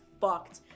fucked